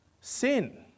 sin